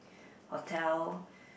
hotel